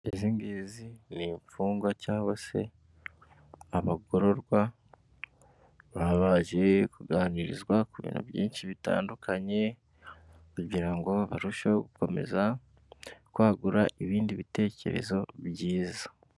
Izi ngizi ni imfungwa cyangwa se abagororwa baba baje kuganirizwa ku bintu byinshi bitandukanye kugira ngo barusheho gukomeza kwagura ibindi bitekerezo byiza.